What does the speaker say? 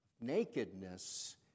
nakedness